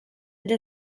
del